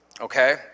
Okay